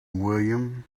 william